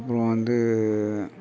அப்புறம் வந்து